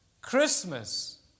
Christmas